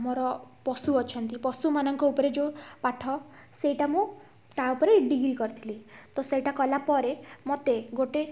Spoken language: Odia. ଆମର ପଶୁ ଅଛନ୍ତି ପଶୁମାନଙ୍କ ଉପରେ ଯୋଉ ପାଠ ସେଇଟା ମୁଁ ତା ଉପରେ ଡିଗ୍ରୀ କରିଥିଲି ତ ସେଇଟା କଲା ପରେ ମୋତେ ଗୋଟେ